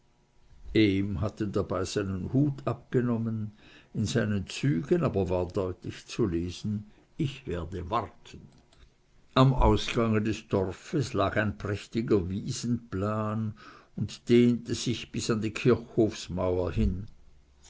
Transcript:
hatte dabei seinen hut abgenommen in seinen zügen aber war deutlich zu lesen ich werde warten am ausgange des dorfes lag ein prächtiger wiesenplan und dehnte sich bis an die kirchhofsmauer hin